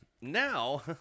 now